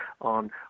on